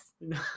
No